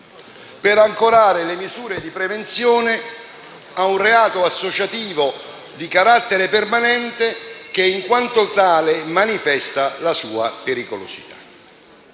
per ancorare le misure di prevenzione a un reato associativo di carattere permanente che, in quanto tale, manifesta la sua pericolosità.